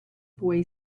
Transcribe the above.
boy